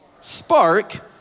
spark